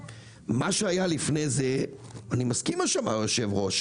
מה שהיה לפני זה אני מסכים עם מה שאמר היושב ראש,